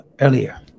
earlier